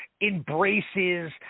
embraces